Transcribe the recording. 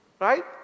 Right